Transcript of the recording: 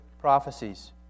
prophecies